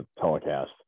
telecast